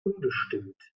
unbestimmt